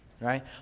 right